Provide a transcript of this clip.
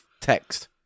text